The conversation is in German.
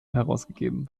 herausgegeben